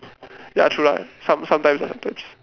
ya true lah some~ sometimes lah